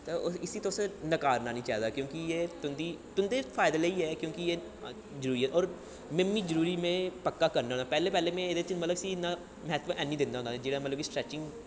ते इसी तुसें नकारना निं चाहिदा क्योंकि एह् तुंदी तुं'दे फायदे लेई ऐ क्योंकि एह् जरूरी ऐ होर में बी जरूरी में पक्का करना होन्ना पैह्लें पैह्लें में एह्दे च मतलब में इसी इन्ना म्हत्तव ऐनी दिंदा होंदा हा जेह्ड़ी मतलब कि स्ट्रैचिंग